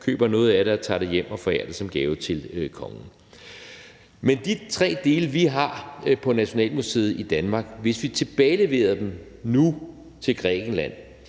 købte noget af det og tog det hjem og forærede det som gave til kongen. Men de tre dele, vi har på Nationalmuseet i Danmark, kunne, hvis vi tilbageleverede dem nu til Grækenland,